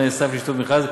תנאי סף להשתתפות במכרז),